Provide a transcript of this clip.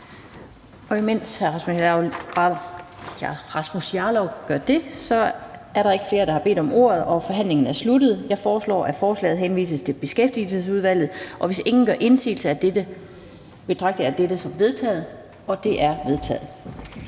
lige have sprittet af her. Så er der ikke flere, der har bedt om ordet, og så er forhandlingen sluttet. Jeg foreslår, at forslaget henvises til Beskæftigelsesudvalget. Hvis ingen gør indsigelse, betragter jeg dette som vedtaget. Det er vedtaget.